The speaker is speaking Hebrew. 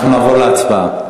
אנחנו נעבור להצבעה.